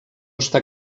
està